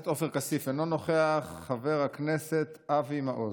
חבר הכנסת עופר כסיף,